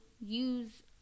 use